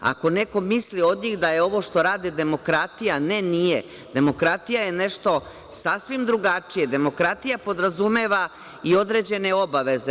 Ako neko misli od njih da ovo što rade je demokratija, ne, nije, demokratija je nešto sasvim drugačije, demokratija podrazumeva i određene obaveze.